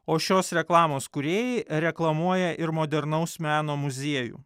o šios reklamos kūrėjai reklamuoja ir modernaus meno muziejų